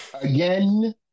again